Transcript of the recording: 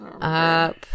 Up